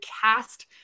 cast